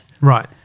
Right